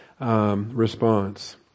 response